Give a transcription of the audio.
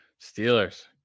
Steelers